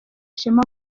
ishema